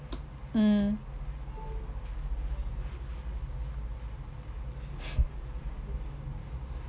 mm